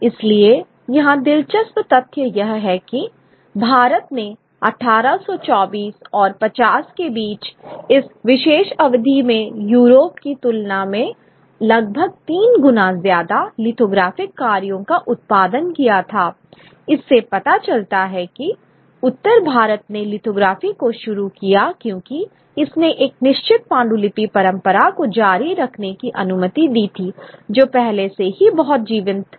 इसलिए यहां दिलचस्प तथ्य यह है कि भारत ने 1824 और 50 के बीच इस विशेष अवधि में यूरोप की तुलना में लगभग तीन गुना ज्यादा लिथोग्राफिक कार्यों का उत्पादन किया था इससे पता चलता है कि उत्तर भारत ने लिथोग्राफी को शुरू किया क्योंकि इसने एक निश्चित पांडुलिपि परंपरा को जारी रखने की अनुमति दी थी जो पहले से ही बहुत जीवंत थी